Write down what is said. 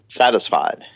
satisfied